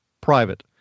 private